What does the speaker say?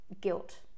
guilt